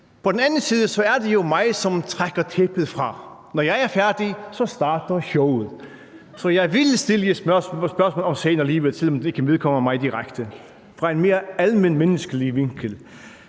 På den anden side er det jo mig, som trækker tæppet fra. Når jeg er færdig, så starter showet. Så jeg vil stille et spørgsmål om sagen alligevel, selv om den ikke vedkommer mig direkte, fra en mere almenmenneskelig vinkel.